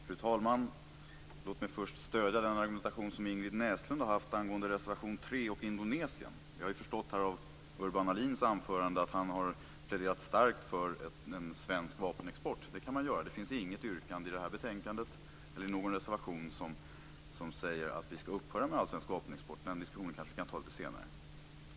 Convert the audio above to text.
Fru talman! Låt mig först stödja Ingrid Näslunds argumentation angående reservation nr 3 och Indonesien. Jag har förstått av Urban Ahlins anförande att han har pläderat starkt för en svensk vapenexport. Det kan man göra. Det finns inget yrkande i det här betänkandet eller i någon reservation som säger att vi skall upphöra med all svensk vapenexport. Den diskussionen kan vi ta senare.